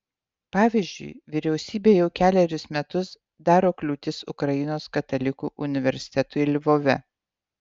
pavyzdžiui vyriausybė jau kelerius metus daro kliūtis ukrainos katalikų universitetui lvove